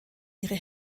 ihre